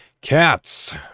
Cats